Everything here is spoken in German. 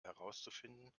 herauszufinden